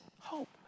hope